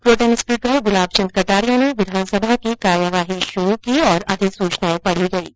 pro tem speaker Gulab Chand Kataria ने विधानसभा की कार्यवाही शुरु की तथा अधिसूचनाएं पढ़ी गयीं